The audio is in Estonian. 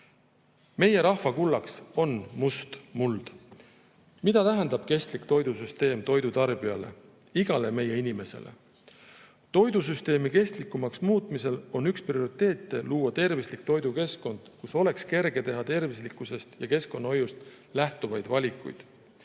Meie rahva kullaks on must muld. Mida tähendab kestlik toidusüsteem toidutarbijale, igale meie inimesele? Toidusüsteemi kestlikumaks muutmisel on üks prioriteete luua tervislik toidukeskkond, kus oleks kerge teha tervislikkusest ja keskkonnahoiust lähtuvaid valikuid.